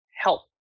help